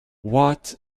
what